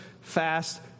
fast